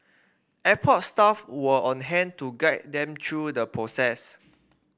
airport staff were on hand to guide them through the process